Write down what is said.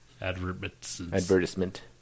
Advertisement